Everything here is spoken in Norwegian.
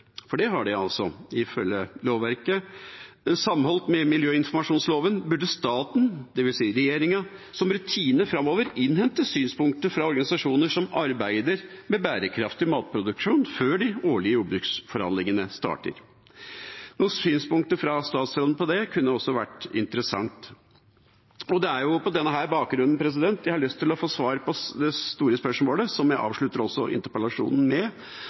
for det kan de altså ifølge lovverket, sammenholdt med miljøinformasjonsloven – burde staten, dvs. regjeringa, som rutine framover innhente synspunkter fra organisasjoner som arbeider med bærekraftig matproduksjon, før de årlige jordbruksforhandlingene starter. Noen synspunkter fra statsråden på det kunne også vært interessant. Det er på denne bakgrunn jeg har lyst til å få svar på de store spørsmålene, som jeg også avslutter interpellasjonen med: